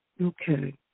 Okay